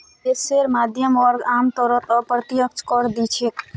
देशेर मध्यम वर्ग आमतौरत अप्रत्यक्ष कर दि छेक